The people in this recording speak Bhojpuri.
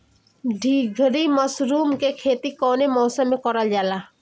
ढीघरी मशरूम के खेती कवने मौसम में करल जा?